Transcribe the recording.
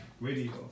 Radio